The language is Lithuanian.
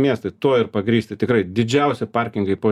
miestai tuo ir pagrįsti tikrai didžiausi parkingai po